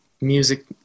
music –